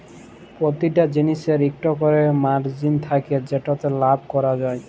পরতিটা জিলিসের ইকট ক্যরে মারজিল থ্যাকে যেটতে লাভ ক্যরা যায়